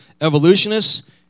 evolutionists